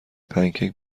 پنکیک